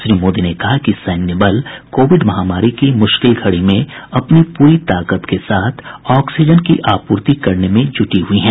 श्री मोदी ने कहा कि सैन्य बल कोविड महामारी की मुश्किल घड़ी में अपनी पूरी ताकत के साथ ऑक्सीजन की आपूर्ति करने में जुटी हुई हैं